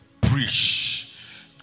preach